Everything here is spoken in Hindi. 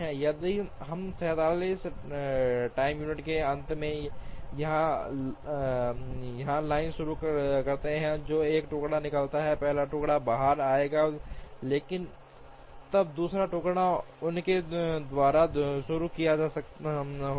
यदि हम 47 टाइम यूनिट के अंत में यहां लाइन शुरू करते हैं तो एक टुकड़ा निकलेगा पहला टुकड़ा बाहर आएगा लेकिन तब दूसरा टुकड़ा उनके द्वारा शुरू किया गया होगा